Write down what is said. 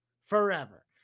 Forever